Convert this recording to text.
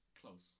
close